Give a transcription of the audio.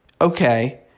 okay